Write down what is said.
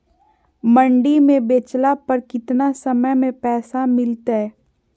मंडी में बेचला पर कितना समय में पैसा मिलतैय?